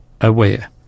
aware